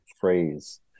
phrase